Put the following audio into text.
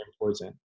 important